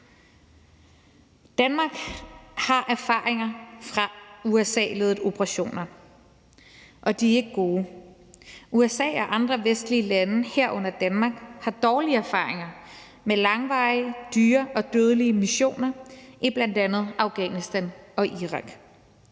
Danmark har erfaringer fra USA-ledede operationer, og de er ikke gode. USA og andre vestlige lande, herunder Danmark, har dårlige erfaringer med langvarige, dyre og dødelige missioner i bl.a. Afghanistan og Irak.